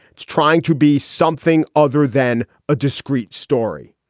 it's trying to be something other than a discrete story.